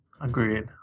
Agreed